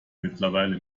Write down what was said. mittlerweile